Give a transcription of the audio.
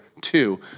two